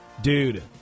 Dude